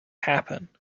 happen